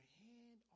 hand